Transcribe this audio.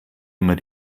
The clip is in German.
immer